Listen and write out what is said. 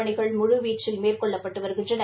பணிகள் முழுவீச்சில் மேற்கொள்ளப்பட்டு வருகின்றன